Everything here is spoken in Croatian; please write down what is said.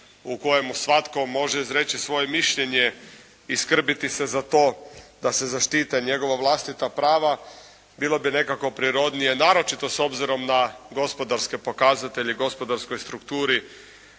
u kojem svatko može izreći svoje mišljenje i skrbiti se za to da se zaštite njegova vlastita prava. Bilo bi nekako prirodnije naročito s obzirom na gospodarske pokazatelje, gospodarskoj strukturi